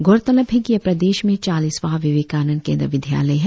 गौरतलब है कि यह प्रदेश में चालीसवां विवेकानंद केंद्र विद्यालय है